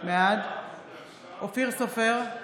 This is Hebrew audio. בעד אופיר סופר,